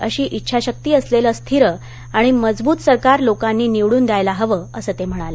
अशी इच्छाशक्ती असलेलं स्थीर आणि मजबूत सरकार लोकांनी निवडून द्यायला हवं ते म्हणाले